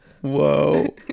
Whoa